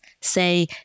say